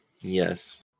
yes